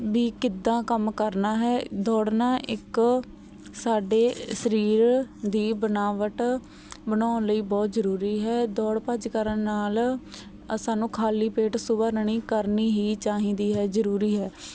ਵੀ ਕਿੱਦਾਂ ਕੰਮ ਕਰਨਾ ਹੈ ਦੌੜਨਾ ਇੱਕ ਸਾਡੇ ਸਰੀਰ ਦੀ ਬਣਾਵਟ ਬਣਾਉਣ ਲਈ ਬਹੁਤ ਜ਼ਰੂਰੀ ਹੈ ਦੌੜ ਭੱਜ ਕਰਨ ਨਾਲ ਸਾਨੂੰ ਖਾਲੀ ਪੇਟ ਸੁਬਹਾ ਰਨਿੰਗ ਕਰਨੀ ਹੀ ਚਾਹੀਦੀ ਹੈ ਜ਼ਰੂਰੀ ਹੈ